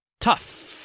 Tough